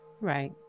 Right